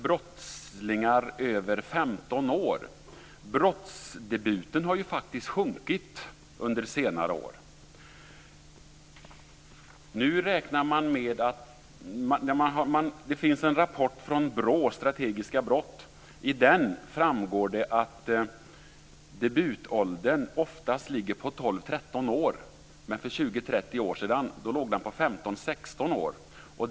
Brottsdebuten har faktiskt sjunkit under senare år. Det finns en rapport från BRÅ, Strategiska brott. I den framgår det att debutåldern oftast ligger på 12-13 år. Men för 20-30 år sedan låg den på 15-16 år.